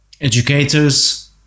educators